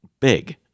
big